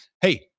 Hey